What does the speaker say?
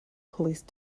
police